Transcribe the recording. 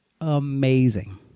amazing